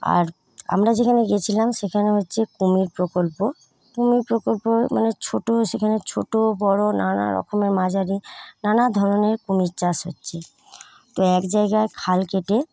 আর আমরা যেখানে গিয়েছিলাম সেখানে হচ্ছে কুমির প্রকল্প কুমির প্রকল্প মানে ছোটো সেখানে ছোটো বড়ো নানা রকমের মাঝারি নানাধরনের কুমির চাষ হচ্ছে তো এক জায়গায় খাল কেটে